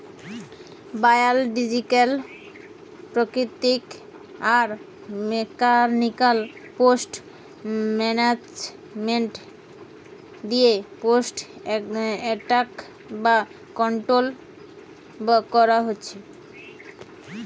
biological প্রাকৃতিক আর mechanical pest management দিয়ে পেস্ট এট্যাক কন্ট্রোল করা হতিছে